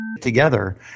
together